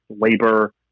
labor